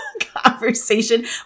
Conversation